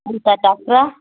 ம் சார் டாக்டரா